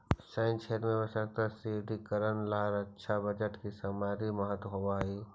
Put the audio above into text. सैन्य क्षेत्र में आवश्यक सुदृढ़ीकरण ला रक्षा बजट के सामरिक महत्व होवऽ हई